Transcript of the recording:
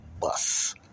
bus